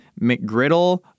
McGriddle